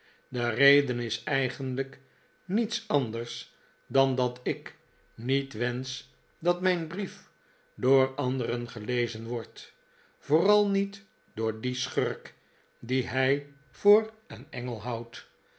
de reden is eigenhjk niets anders dan dat ik niet wensch dat mijn brief door anderen gelezen wordt vooral niet door dien schurk dien hij voor een engel houdt